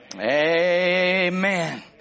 Amen